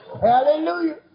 Hallelujah